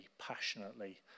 passionately